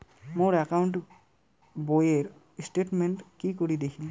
মোর account বইয়ের statement কি করি দেখিম?